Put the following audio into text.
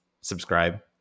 subscribe